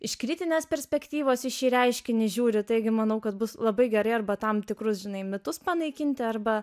iš kritinės perspektyvos į šį reiškinį žiūri taigi manau kad bus labai gerai arba tam tikrus žinai mitus panaikinti arba